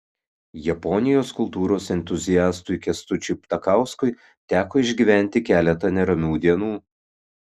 japonijos kultūros entuziastui kęstučiui ptakauskui teko išgyventi keletą neramių dienų